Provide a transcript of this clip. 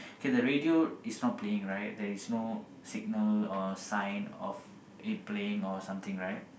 K the radio is not playing right there is no signal or sign of it playing or something right